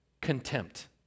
contempt